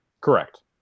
correct